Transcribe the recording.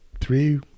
three